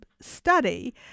study